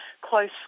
close